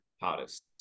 hottest